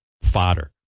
fodder